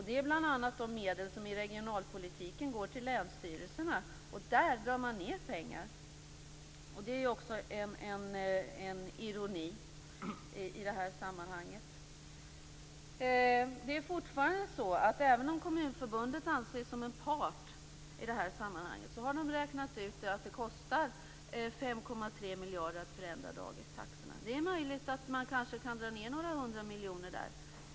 Det är bl.a. de medel som i regionalpolitiken går till länsstyrelserna, och där drar man ned på pengarna. Det är också en ironi i det här sammanhanget. Även om Kommunförbundet anses som en part i det här sammanhanget, har de räknat ut att det kostar 5,3 miljarder att förändra dagistaxorna. De är möjligt att man kanske kan dra ned med några hundra miljoner där.